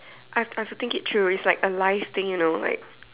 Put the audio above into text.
I have I have to think it through it's like a life thing you know like